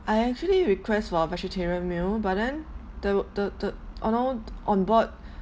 I actually request for a vegetarian meal but then the the the although on board